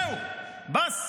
זהו, באס.